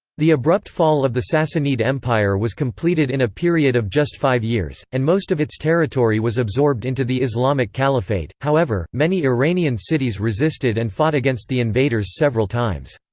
the abrupt fall of the sassanid empire was completed in a period of just five years, and most of its territory was absorbed into the islamic caliphate however, many iranian cities resisted and fought against the invaders several times.